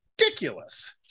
ridiculous